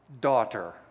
Daughter